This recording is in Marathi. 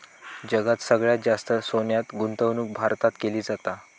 जगात सगळ्यात जास्त सोन्यात गुंतवणूक भारतात केली जाता